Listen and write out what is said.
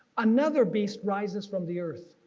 another beast rises from the earth.